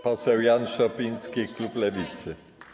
Poseł Jan Szopiński, klub Lewicy.